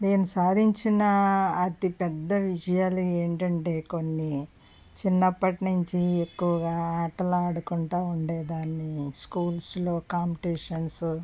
నేను సాధించిన అతి పెద్ద విజయాలు ఏంటంటే కొన్ని చిన్నప్పటినుంచి ఎక్కువగా ఆటలాడుకుంటూ ఉండేదాన్ని స్కూల్స్లో కాంపిటీషన్స్